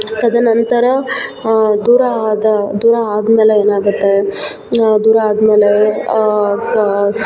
ತದನಂತರ ದೂರ ಆದ ದೂರ ಆದ್ಮೇಲೆ ಏನಾಗುತ್ತೆ ದೂರ ಆದ್ಮೇಲೆ